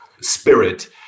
spirit